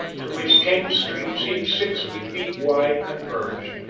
to which ten streets each sixty feet wide converged,